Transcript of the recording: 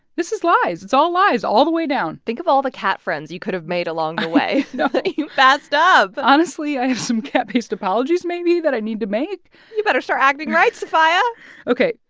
this is lies. it's all lies all the way down think of all the cat friends you could've made along the way that you passed up honestly, i have some cat-based apologies, maybe, that i need to make you better start acting right, sofia ok,